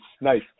nice